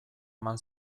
eman